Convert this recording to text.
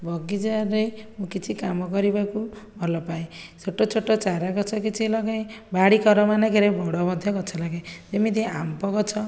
ବଗିଚାରେ ମୁଁ କିଛି କାମ କରିବାକୁ ଭଲ ପାଏ ଛୋଟ ଛୋଟ ଚାରାଗଛ କିଛି ଲଗାଏ ବାଡ଼ି କଡ଼ ମାନଙ୍କରେ ବଡ଼ ମଧ୍ୟ ଗଛ ଲଗାଏ ଯେମିତି ଆମ୍ବ ଗଛ